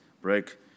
break